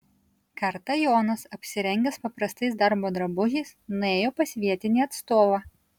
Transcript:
kartą jonas apsirengęs paprastais darbo drabužiais nuėjo pas vietinį atstovą